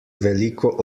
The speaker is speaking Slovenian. veliko